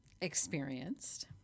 experienced